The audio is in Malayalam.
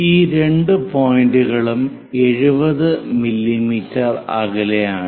ഈ രണ്ട് പോയിന്റുകളും 70 മില്ലീമീറ്റർ അകലെയാണ്